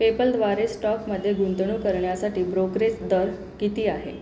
पेपलद्वारे स्टॉकमध्ये गुंतवणूक करण्यासाठी ब्रोकरेज दर किती आहे